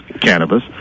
cannabis